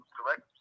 Correct